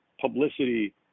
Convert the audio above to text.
publicity